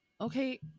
okay